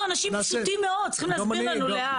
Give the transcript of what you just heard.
אנחנו אנשים פשוטים מאוד, צריך להסביר לנו לאט.